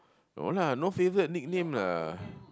no lah no favourite nickname lah